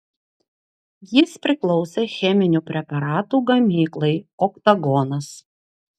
jis priklausė cheminių preparatų gamyklai oktagonas